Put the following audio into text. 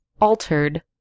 altered